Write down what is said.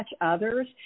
others